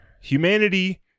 humanity